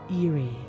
eerie